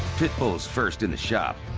pitbull's first in the shop,